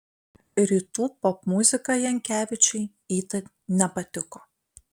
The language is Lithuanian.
rytų popmuzika jankevičiui itin nepatiko